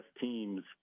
teams